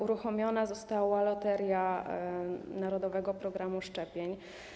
Uruchomiona została Loteria Narodowego Programu Szczepień.